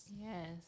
yes